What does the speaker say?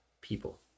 people